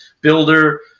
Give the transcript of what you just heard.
builder